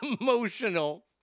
emotional